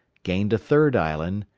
gained a third island,